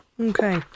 Okay